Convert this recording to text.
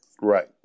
Right